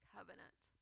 Covenant